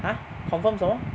ah confirm 什么